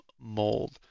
mold